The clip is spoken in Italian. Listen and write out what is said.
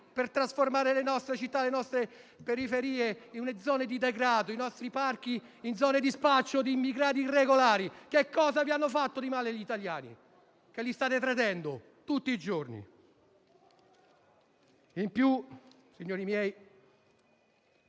per trasformare le nostre città e le nostre periferie in zone di degrado, i nostri parchi in zone di spaccio di immigrati irregolari? Che cosa vi hanno fatto di male gli italiani, che li state tradendo tutti i giorni? In più, signori miei,